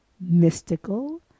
mystical